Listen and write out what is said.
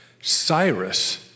Cyrus